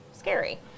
scary